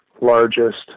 largest